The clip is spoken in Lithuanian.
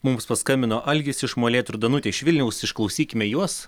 mums paskambino algis iš molėtų ir danutė iš vilniaus išklausykime juos